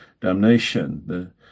damnation